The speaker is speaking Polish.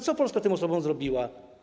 Co Polska tym osobom zrobiła?